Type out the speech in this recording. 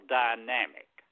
dynamic